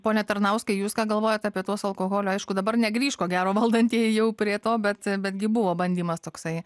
pone tarnauskai jūs ką galvojat apie tuos alkoholio aišku dabar negrįš ko gero valdantieji jau prie to bet betgi buvo bandymas toksai